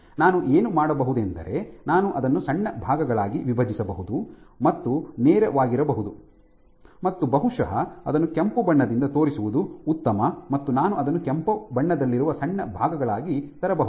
ನಾನು ಏನು ಮಾಡಬಹುದೆಂದರೆ ನಾನು ಅದನ್ನು ಸಣ್ಣ ಭಾಗಗಳಾಗಿ ವಿಭಜಿಸಬಹುದು ಮತ್ತು ನೇರವಾಗಿರಬಹುದು ಮತ್ತು ಬಹುಶಃ ಅದನ್ನು ಕೆಂಪು ಬಣ್ಣದಿಂದ ತೋರಿಸುವುದು ಉತ್ತಮ ಮತ್ತು ನಾನು ಅದನ್ನು ಕೆಂಪು ಬಣ್ಣದಲ್ಲಿರುವ ಸಣ್ಣ ಭಾಗಗಳಾಗಿ ತರಬಹುದು